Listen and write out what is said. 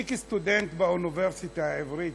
אני כסטודנט למדתי באוניברסיטה העברית.